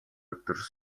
өдөр